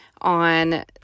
on